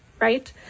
right